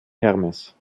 hermes